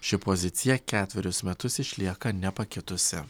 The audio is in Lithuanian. ši pozicija ketverius metus išlieka nepakitusi